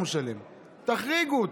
תחריגו אותו.